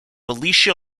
alicia